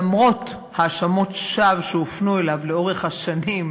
למרות האשמות שווא שהופנו אליו לאורך השנים,